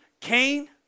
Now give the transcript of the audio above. Cain